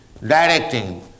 directing